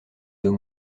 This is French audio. deux